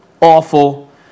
awful